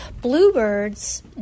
Bluebirds